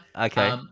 Okay